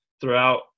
throughout